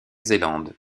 zélande